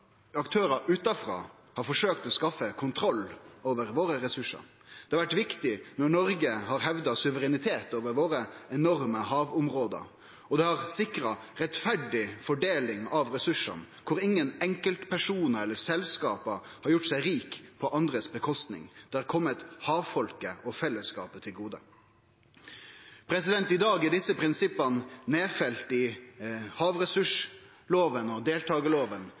utanfrå har forsøkt å skaffe kontroll over våre ressursar. Det har vore viktig når Noreg har hevda suverenitet over våre enorme havområde, og det har sikra rettferdig fordeling av ressursane, der ingen enkeltpersonar eller selskap har gjort seg rike på andre sin kostnad, det har kome havfolket og fellesskapet til gode. I dag er desse prinsippa nedfelte i havressursloven og deltakarloven,